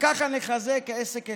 ככה נחזק עסק אחד.